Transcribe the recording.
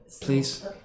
Please